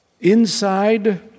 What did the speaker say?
Inside